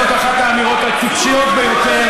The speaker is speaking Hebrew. זאת אחת האמירות הטיפשיות ביותר,